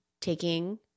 taking